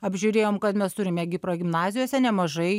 apžiūrėjoe kad mes turime gi progimnazijose nemažai